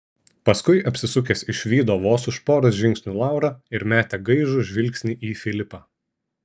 paskui apsisukęs išvydo vos už poros žingsnių laurą ir metė gaižų žvilgsnį į filipą